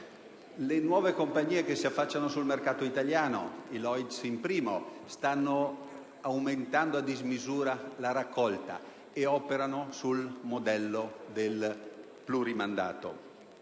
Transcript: Le nuove compagnie che si affacciano sul mercato italiano (i Lloyd's in primo luogo) stanno aumentando a dismisura la raccolta e operano con il modello del plurimandato.